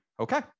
Okay